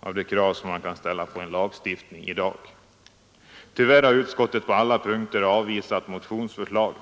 av de krav som man kan ställa på en lagstiftning i dag. Tyvärr har utskottet på alla punkter avvisat motionsförslagen.